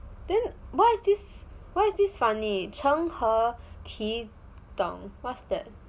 then why is this why is this funny 成和壁咚 what's that